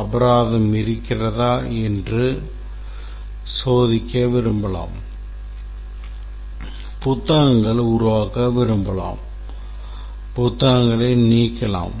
அபராதம் இருக்கிறதா என்று சோதிக்க விரும்பலாம் புத்தகங்களை உருவாக்க விரும்பலாம் புத்தகங்களை நீக்கலாம்